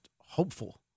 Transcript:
hopeful